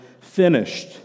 finished